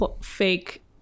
fake